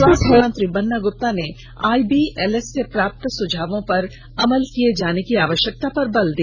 स्वास्थ्य मंत्री बन्ना गुप्ता ने आईबीएलएस से प्राप्त सुझावों पर अमल किये जाने की आवश्यकता पर बल दिया